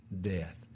death